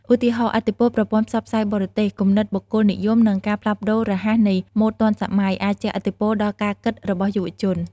ឧទាហរណ៍ ឥទ្ធិពលប្រព័ន្ធផ្សព្វផ្សាយបរទេស គំនិតបុគ្គលនិយម និងការផ្លាស់ប្ដូររហ័សនៃម៉ូដទាន់សម័យ អាចជះឥទ្ធិពលដល់ការគិតរបស់យុវជន។